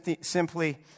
simply